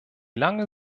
lange